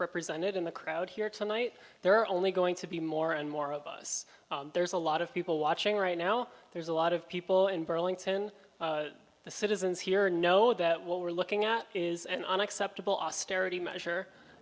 represented in the crowd here tonight they're only going to be more and more of us there's a lot of people watching right now there's a lot of people in burlington the citizens here know that what we're looking at is an unacceptable austerity measure